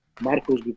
Marcos